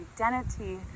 identity